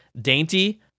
dainty